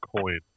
coin